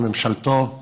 וממשלתו הרעה,